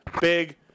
Big